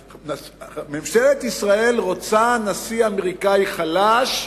ממשלת ישראל רוצה נשיא אמריקני חלש,